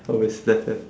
of his left hand